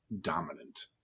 dominant